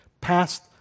past